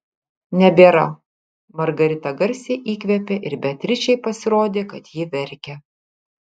nebėra margarita garsiai įkvėpė ir beatričei pasirodė kad ji verkia